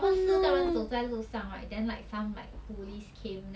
like 不可以走在一起 have to like 一个一个走 we were like !huh!